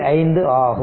5 ஆகும்